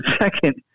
second